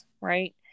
right